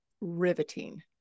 riveting